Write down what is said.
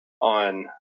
on